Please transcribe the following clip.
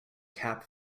cap